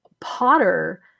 Potter